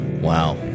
wow